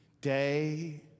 day